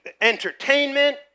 entertainment